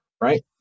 Right